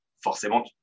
forcément